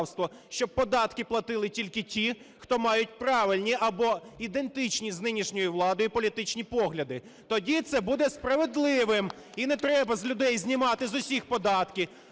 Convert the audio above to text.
щоб податки платили тільки ті, хто мають правильні або ідентичні з нинішньою владою політичні погляди. Тоді це буде справедливим. І не треба з людей знімати з усіх податки.